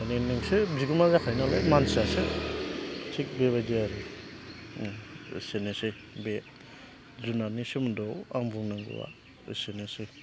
माने नोंसो बिगोमा जाखायो नालाय मानसियासो थिग बेबायदि आरो एसेनोसै बे जुनारनि सोमोन्दोआव आंनि बुंनांगौआ एसेनोसै